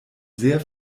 sehr